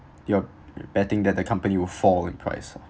you're b~ betting that the company would fall in price ah